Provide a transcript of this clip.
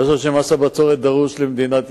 אני חושב שמס הבצורת דרוש למדינת ישראל.